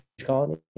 colony